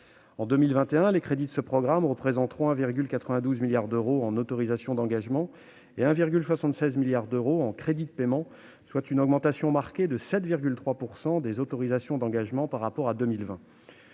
En 2021, les crédits de ce programme représenteront 1,92 milliard d'euros en autorisations d'engagement et 1,76 milliard d'euros en crédits de paiement, soit une augmentation marquée de 7,3 % des autorisations d'engagement par rapport à 2020.